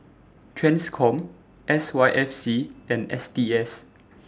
TRANSCOM S Y F C and S T S